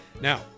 Now